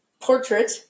portrait